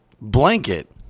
blanket